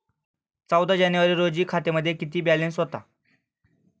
चौदा जानेवारी रोजी खात्यामध्ये किती बॅलन्स होता?